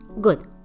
Good